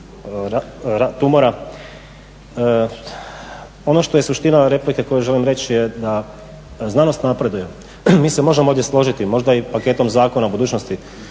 Ono što je suština replike koju želim reći je da znanost napreduje. Mi se možemo ovdje složiti, možda i paketom zakona u budućnosti,